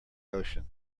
ocean